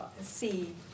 see